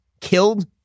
killed